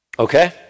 Okay